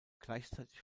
gleichzeitig